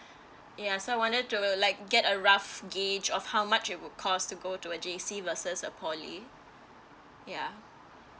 ya so I wanted to like get a rough gauge of how much it would cost to go to a J_V versus a poly yeah